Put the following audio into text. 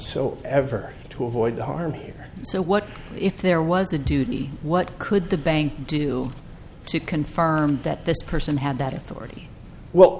so ever to avoid the harm here so what if there was a duty what could the bank do to confirm that this person had that authority well